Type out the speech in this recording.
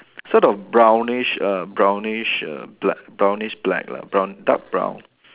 so the brownish uh brownish err bl~ brownish black lah brown dark brown